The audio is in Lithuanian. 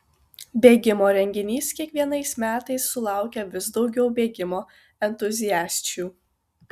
bėgimo renginys kiekvienais metais sulaukia vis daugiau bėgimo entuziasčių